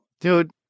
Dude